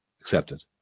accepted